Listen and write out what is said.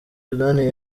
sudani